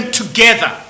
together